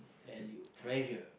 valued treasure